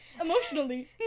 emotionally